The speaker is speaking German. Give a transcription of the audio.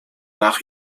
nach